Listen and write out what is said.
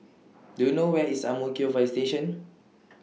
Do YOU know Where IS Ang Mo Kio Fire Station